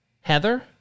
Heather